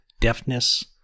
deafness